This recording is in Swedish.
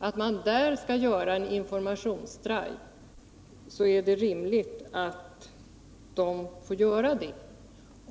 planer på att göra en informationsdrive tycker vi det är rimligt att delegationen får göra det.